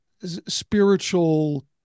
spiritual